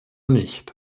nicht